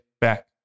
back